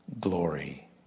glory